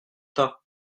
tas